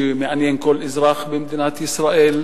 שמעניין כל אזרח במדינת ישראל,